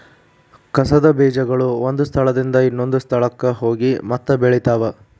ಕಸದ ಬೇಜಗಳು ಒಂದ ಸ್ಥಳದಿಂದ ಇನ್ನೊಂದ ಸ್ಥಳಕ್ಕ ಹೋಗಿ ಮತ್ತ ಬೆಳಿತಾವ